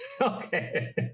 Okay